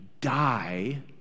die